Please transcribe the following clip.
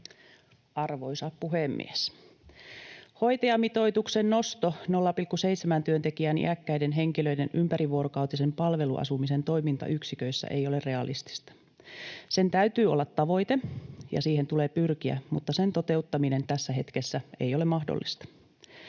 Arvoisa puhemies! Hoitajamitoituksen nosto 0,7 työntekijään iäkkäiden henkilöiden ympärivuorokautisen palveluasumisen toimintayksiköissä ei ole realistista. Sen täytyy olla tavoite, ja siihen tulee pyrkiä, mutta sen toteuttaminen tässä hetkessä ei ole mahdollista.